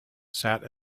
sat